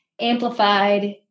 amplified